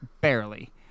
barely